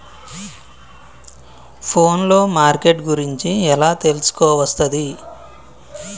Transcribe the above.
Phone లో marketing గురించి ఎలా తెలుసుకోవస్తది?